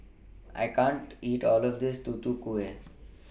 I can't eat All of This Tutu Kueh